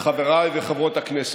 יושב-ראש הכנסת, חברי וחברות הכנסת,